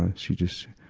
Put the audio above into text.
ah she just,